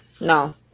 No